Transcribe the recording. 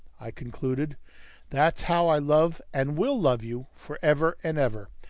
i concluded that's how i love and will love you, for ever and ever,